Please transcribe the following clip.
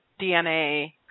DNA